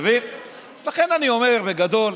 אנחנו יודעים שאתה מקופח.